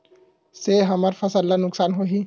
से हमर फसल ला नुकसान होही?